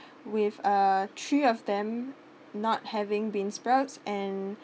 with uh three of them not having beansprouts and